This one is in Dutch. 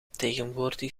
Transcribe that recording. tegenwoordig